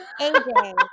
AJ